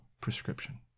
prescription